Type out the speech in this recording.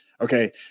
okay